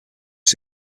his